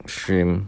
shrimp